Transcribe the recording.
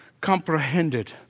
comprehended